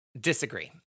Disagree